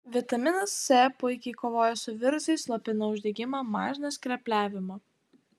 vitaminas c puikiai kovoja su virusais slopina uždegimą mažina skrepliavimą